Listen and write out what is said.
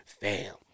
fam